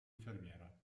infermiera